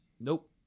Nope